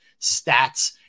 stats